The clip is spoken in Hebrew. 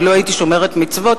ולו הייתי שומרת מצוות,